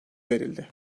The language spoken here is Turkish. verildi